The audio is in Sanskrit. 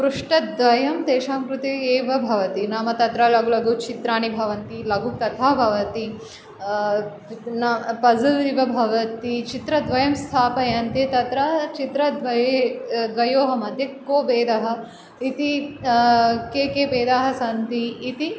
पुटद्वयं तेषां कृते एव भवति नाम तत्र लघु लघु चित्रणि भवन्ति लगु कथा भवति न पज़ल् इव भवति चित्रद्वयं स्थापयन्ति तत्र चित्रद्वये द्वयोः मद्ये को भेदः इति के के भेदाः सन्ति इति